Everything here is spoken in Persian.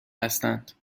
هستند